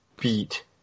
beat